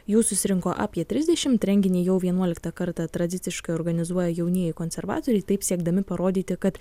jų susirinko apie trisdešim renginį jau vienuoliktą kartą tradiciškai organizuoja jaunieji konservatoriai taip siekdami parodyti kad